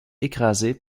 écrasés